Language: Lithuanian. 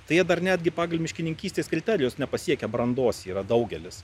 tai jie dar netgi pagal miškininkystės kriterijus nepasiekę brandos yra daugelis